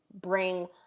bring